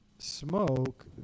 smoke